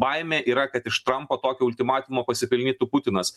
baimė yra kad iš trampo tokio ultimatiumo pasipelnytų putinas